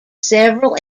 several